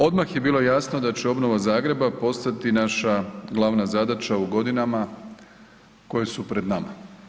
Odmah je bilo jasno da će obnova Zagreba postati naša glavna zadaća u godinama koje su pred nama.